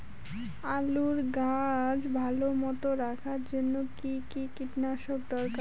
আলুর গাছ ভালো মতো রাখার জন্য কী কী কীটনাশক দরকার?